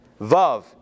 Vav